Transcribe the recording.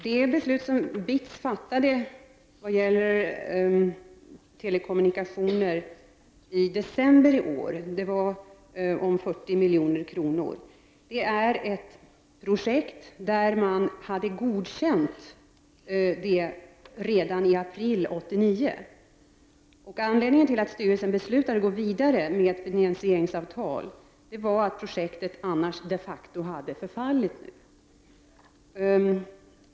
Det beslut om 40 milj.kr. som BITS fattade i december i år beträffande telekommunikationerna rör ett projekt där man hade ett godkännande redan i april 1989. Anledningen till att styrelsen beslutade att gå vidare med ett finansieringsavtal var att projektet annars de facto hade förfallit.